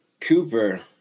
Cooper